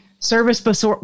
service